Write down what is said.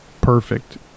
perfect